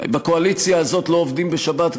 בקואליציה הזאת לא עובדים בשבת,